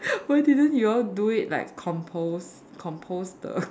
why didn't you all do it like compost compost the